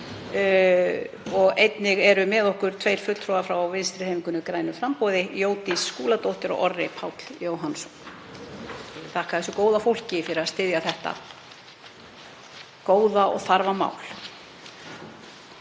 Einnig eru með okkur tveir fulltrúar frá Vinstrihreyfingunni – grænu framboði, Jódís Skúladóttir og Orri Páll Jóhannsson. Ég þakka þessu góða fólki fyrir að styðja þetta góða og þarfa mál.